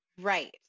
Right